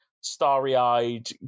starry-eyed